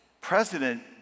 president